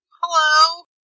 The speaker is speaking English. Hello